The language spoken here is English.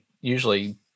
usually